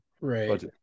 right